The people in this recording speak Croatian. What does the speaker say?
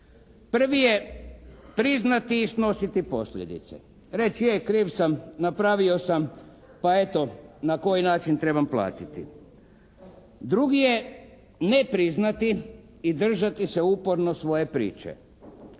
Prvi je priznati i snositi posljedice, reći je, kriv sam, napravio sam, pa eto, na koji način trebam platiti. Drugi je ne priznati i držati se uporno svoje priče,